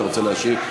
אתה רוצה להשיב?